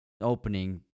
opening